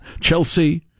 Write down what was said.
Chelsea